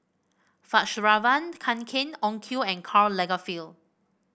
Fjallraven Kanken Onkyo and Karl Lagerfeld